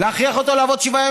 להכריח אותו לעבוד שבעה ימים